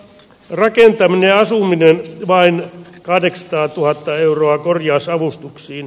rakentaminen asuminen vain kahdeksi tai tuhat euroa korjausavustuksiin